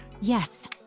Yes